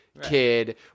kid